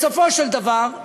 בסופו של דבר,